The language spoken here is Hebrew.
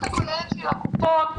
הכוללת של הקופות,